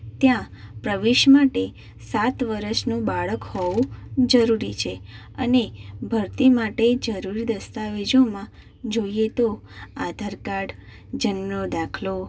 ત્યાં પ્રવેશ માટે સાત વર્ષનું બાળક હોવું જરૂરી છે અને ભરતી માટે જરૂરી દસ્તાવેજોમાં જોઈએ તો આધારકાર્ડ જન્મનો દાખલો